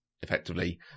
effectively